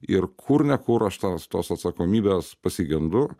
ir kur ne kur aš tos atsakomybės pasigendu